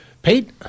Pete